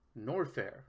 Norfair